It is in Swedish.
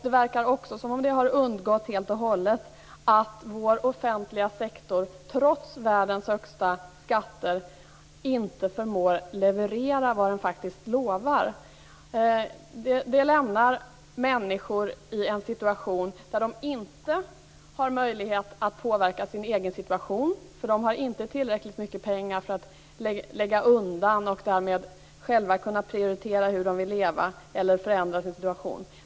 Det verkar också som om det har undgått henne helt och hållet att vår offentliga sektor, trots världens högsta skatter, inte förmår leverera vad den faktiskt lovar. Detta gör att människor inte har möjlighet att påverka sin egen situation. De har inte tillräckligt mycket pengar för att lägga undan och därmed själva kunna prioritera hur de vill leva eller förändra sin situation.